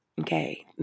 Okay